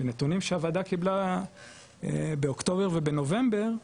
בנתונים שהוועדה קיבלה באוקטובר ובנובמבר,